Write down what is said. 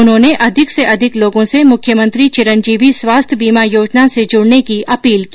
उन्होंने अधिक से अधिक लोगों से मुख्यमंत्री चिरंजीवी स्वास्थ्य बीमा योजना से जुड़ने की अपील की